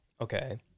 Okay